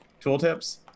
tooltips